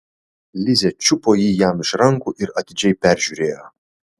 lizė čiupo jį jam iš rankų ir atidžiai peržiūrėjo